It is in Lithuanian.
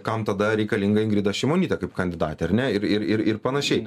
kam tada reikalinga ingrida šimonytė kaip kandidatė ar ne ir ir ir panašiai